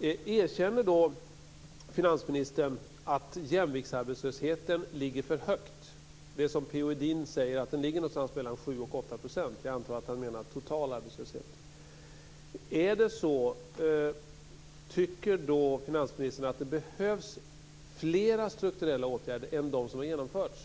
Erkänner finansministern att jämviktsarbetslösheten ligger för högt? P-O Edin säger att den ligger på 7-8 %. Jag antar att han menar total arbetslöshet. Tycker finansministern att det behövs flera strukturella åtgärder än de som har genomförts?